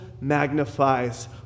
magnifies